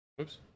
Oops